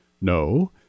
no